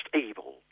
evil